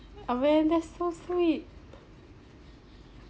oh man that's so sweet